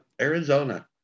Arizona